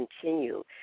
continue